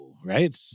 Right